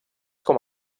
com